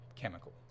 chemical